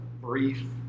brief